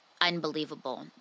unbelievable